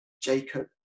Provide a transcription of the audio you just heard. Jacob